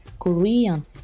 Korean